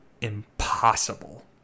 impossible